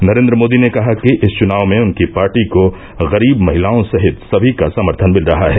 नरेन्द्र मोदी ने कहा कि इस चुनाव में उनकी पार्टी को गरीब महिलाओं सहित सभी का समर्थन मिल रहा है